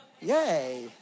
Yay